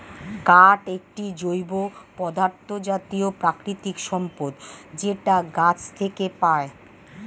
কাঠ একটি জৈব পদার্থ জাতীয় প্রাকৃতিক সম্পদ যেটা গাছ থেকে পায়